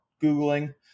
Googling